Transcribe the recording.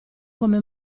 come